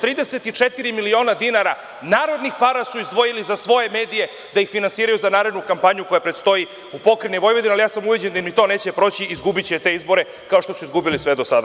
Trideset i četiri miliona dinara narodnih para su izdvojili za svoje medije da ih finansiraju za narednu kampanju koja predstoji u pokrajini Vojvodine, ali ja sam ubeđen da im ni to neće proći, izgubiće te izbore kao što su izgubili sve do sada.